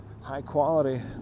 high-quality